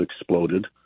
exploded